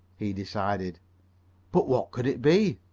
he decided but what could it be?